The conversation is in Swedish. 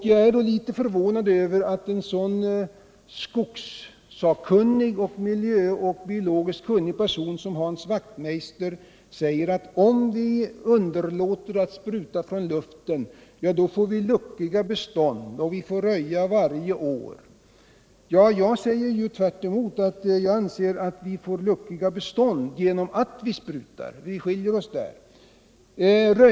Jag är därför litet förvånad över att en så skogssakkunnig, miljökunnig och biologiskt kunnig person som Hans Wachtmeister säger att om vi underlåter att spruta från luften får vi luckiga bestånd och måste röja varje år. Jag säger tvärtom att vi får luckiga bestånd genom att bespruta. På den punkten skiljer vi oss alltså.